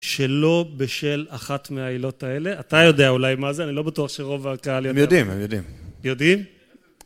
שלא בשל אחת מהעילות האלה. אתה יודע אולי מה זה, אני לא בטוח שרוב הקהל יודע. הם יודעים, הם יודעים. יודעים?